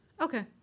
Okay